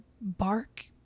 bark